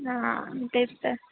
हा तेच तर